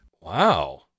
wow